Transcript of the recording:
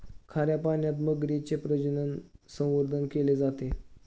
खाऱ्या पाण्यात मगरीचे प्रजनन, संवर्धन केले जाते